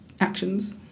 actions